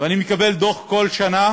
ואני מקבל דוח כל שנה